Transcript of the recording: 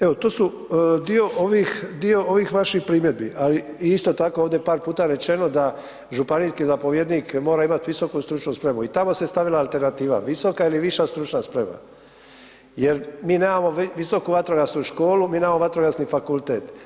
Evo to su dio ovih vaših primjedbi, ali isto tako je ovdje par puta rečeno da županijski zapovjednik mora imati visoku stručnu spremu i tamo se stavila alternativa, visoka ili viša stručna sprema, jer mi nemamo visoku vatrogasnu školu, mi nemamo vatrogasni fakultet.